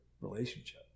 relationship